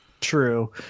True